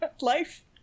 life